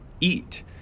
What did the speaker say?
eat